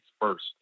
first